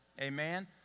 Amen